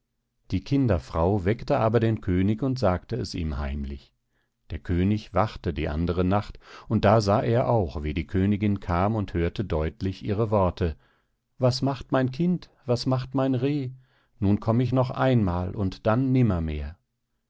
die kinderfrau weckte aber den könig und sagte es ihm heimlich der könig wachte die andere nacht und da sah er auch wie die königin kam und hörte deutlich ihre worte was macht mein kind was macht mein reh nun komm ich noch einmal und dann